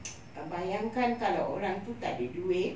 err bayangkan kalau orang itu tak ada duit